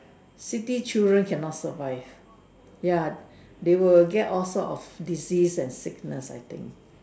city children cannot survive ya they will get all sort of disease and sickness I think